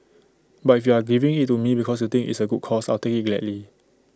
but if you are giving IT to me because you think it's A good cause I'll take IT gladly